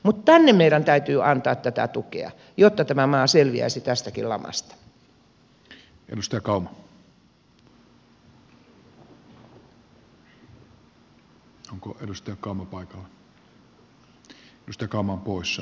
mutta tänne meidän täytyy antaa tätä tukea jotta tämä maa selviäisi tästäkin lamasta